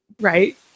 Right